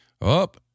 up